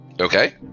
okay